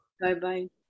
Bye-bye